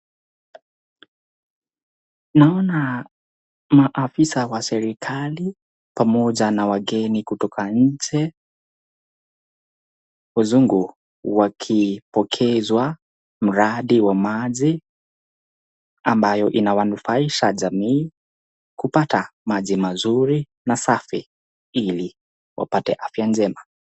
Naona maafisa wa serikali, pamoja na wageni kutoka inje, wazungu wakipokezwa mradi wa maji, ambayo inawanufaisha jamii kupata maji mazuri na safi ili wapate afya njema.